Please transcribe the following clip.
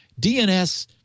DNS